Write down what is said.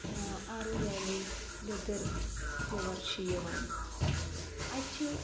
آروٗ valley Lidder river چھُ یِوان تہٕ اَتہِ چھِ